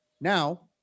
Now